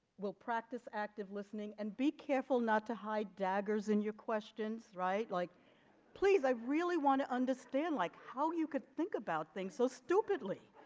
we'll practice active listening and be careful not to hide daggers in your questions right like please i really want to understand like how you could think about things so stupidly